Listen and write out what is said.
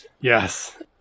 Yes